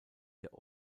der